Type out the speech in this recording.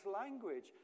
language